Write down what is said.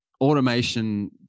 automation